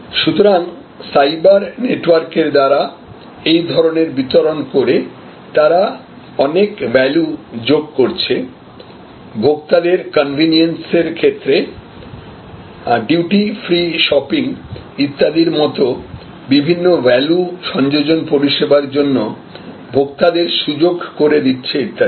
সুতরাং সাইবার নেটওয়ার্কের দ্বারা এই ধরনের বিতরণ করে তারা অনেক ভ্যালু যোগ করছে ভোক্তাদের কনভেনিয়েন্সের ক্ষেত্রে ডিউটি ফ্রি শপিং ইত্যাদির মতো বিভিন্ন ভ্যালু সংযোজন পরিষেবার জন্য ভোক্তাদের সুযোগ করে দিচ্ছে ইত্যাদি